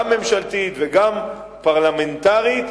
גם ממשלתית וגם פרלמנטרית,